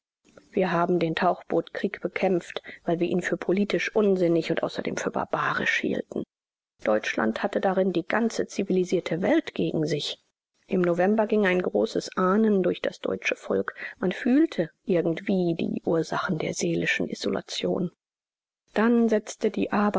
wir haben den tauchbootkrieg bekämpft weil wir ihn für politisch unsinnig und außerdem für barbarisch hielten deutschland hatte darin die ganze zivilisierte welt gegen sich im november ging ein großes ahnen durch das deutsche volk man fühlte irgendwie die ursachen der seelischen isolierung dann setzte die